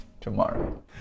tomorrow